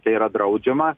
tai yra draudžiama